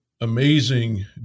amazing